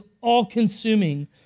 all-consuming